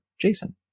Jason